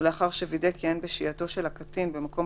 ולאחר שווידא כי אין בשהייתו של הקטין במקום